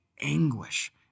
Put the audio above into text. anguish